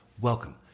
welcome